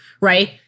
right